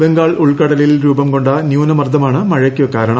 ബംഗാൾ ഉൾക്കടലിൽ രൂപം കൊണ്ട ന്യൂനമർദ്ദമാണ് മഴയ്ക്കു കാരണം